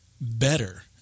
better